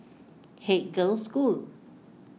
Haig Girls' School